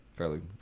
fairly